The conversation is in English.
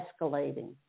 escalating